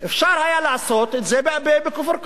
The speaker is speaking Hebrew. אפשר היה לעשות את זה בכפר-קאסם,